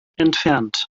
entfernt